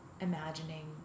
imagining